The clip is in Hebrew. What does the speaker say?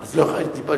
אני הייתי שם.